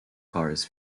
cars